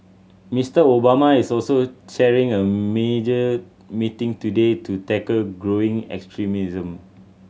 Mister Obama is also chairing a major meeting today to tackle growing extremism